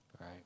Right